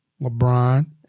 LeBron